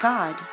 God